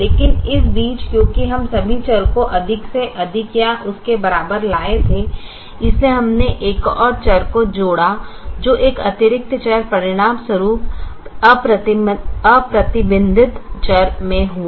लेकिन इस बीच क्योंकि हम सभी चरों को अधिक से अधिक या उसके बराबर लाए थे इसलिए हमने एक और चर को जोड़ा जो एक अतिरिक्त चर परिणामस्वरूप अप्रतिबंधित चर में हुआ